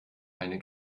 eine